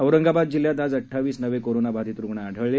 औरंगाबाद जिल्ह्यात आज अड्डावीस नवे कोरोनाबाधित रुग्ण आढळले